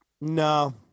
No